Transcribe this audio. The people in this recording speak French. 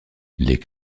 les